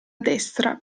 destra